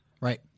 Right